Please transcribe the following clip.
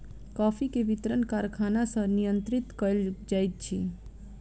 coffee के वितरण कारखाना सॅ नियंत्रित कयल जाइत अछि